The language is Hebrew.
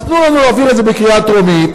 אז תנו לנו להעביר את זה בקריאה טרומית,